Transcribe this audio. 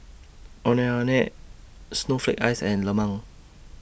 Ondeh Ondeh Snowflake Ice and Lemang